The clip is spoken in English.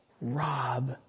rob